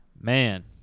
Man